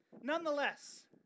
nonetheless